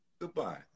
Goodbye